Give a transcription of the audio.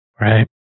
Right